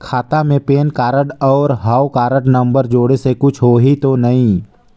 खाता मे pan card और हव कारड नंबर जोड़े से कुछ होही तो नइ?